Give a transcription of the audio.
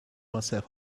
myself